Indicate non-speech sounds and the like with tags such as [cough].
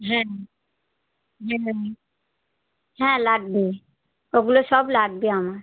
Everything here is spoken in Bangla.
হ্যাঁ [unintelligible] হ্যাঁ লাগবে ওগুলো সব লাগবে আমার